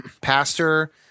pastor